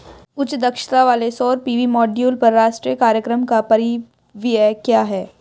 उच्च दक्षता वाले सौर पी.वी मॉड्यूल पर राष्ट्रीय कार्यक्रम का परिव्यय क्या है?